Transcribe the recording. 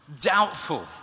doubtful